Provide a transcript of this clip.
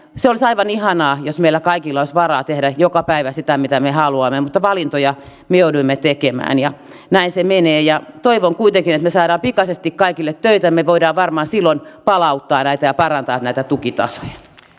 olisi aivan ihanaa jos meillä kaikilla olisi varaa tehdä joka päivä sitä mitä me haluamme mutta valintoja me jouduimme tekemään ja näin se menee toivon kuitenkin että me saamme pikaisesti kaikille töitä me voimme varmasti silloin palauttaa ja parantaa näitä tukitasoja